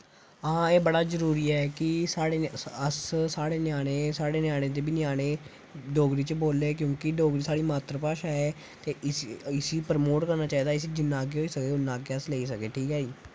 हां एह् बड़ा जरूरी ऐ कि साढ़े अस साढ़े ञ्यानें साढ़े न्यानें दे बी न्याने डोगरी च बोले क्योंकि डोगरी साढ़ी मात्तर भाशा ऐ ते इसी इसी प्रमोट करना चाहिदा इसी जिन्ना अग्गै होई सकै उ'न्ना अस अग्गें लेई जाई सकै ठीक ऐ जी